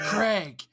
Craig